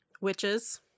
Witches